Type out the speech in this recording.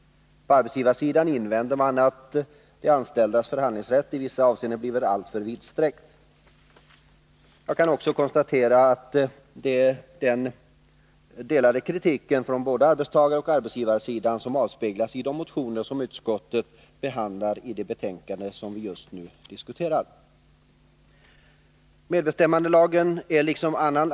På arbetsgivarsidan invänder man att de anställdas förhandlingsrätt i vissa avseenden blivit alltför vidsträckt. Jag kan också konstatera att kritiken från både arbetstagaroch arbetsgivarsidan avspeglas i de motioner som utskottet behandlar i det betänkande vi just nu diskuterar. Medbestämmandelagen är liksom andra.